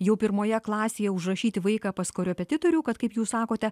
jau pirmoje klasėje užrašyti vaiką pas korepetitorių kad kaip jūs sakote